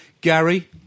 Gary